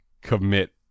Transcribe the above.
commit